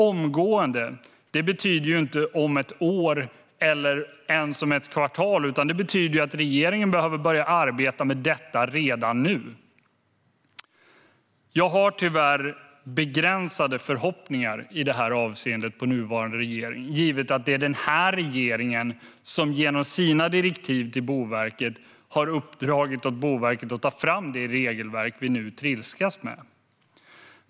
Omgående betyder inte om ett år eller ens om ett kvartal, utan det betyder att regeringen behöver börja arbeta med detta redan nu. Jag har tyvärr begränsade förhoppningar på nuvarande regering i det avseendet, givet att det är den här regeringen som genom sina direktiv har uppdragit åt Boverket att ta fram det regelverk som vi nu trilskas med.